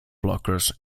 blockers